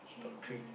top three